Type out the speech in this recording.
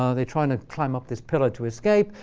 ah they're trying to climb up this pillar to escape.